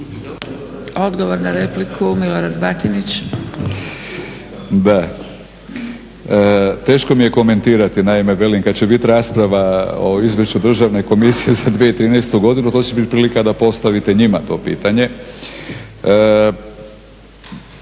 Odgovor na repliku Milorad Batinić. **Batinić, Milorad (HNS)** Teško mi je komentirati. Naime, kada će biti rasprava o izvješću državne komisije za 2013.godinu bit će prilika da postavite njima to pitanje.